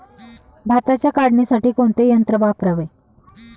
भाताच्या काढणीसाठी कोणते यंत्र वापरावे?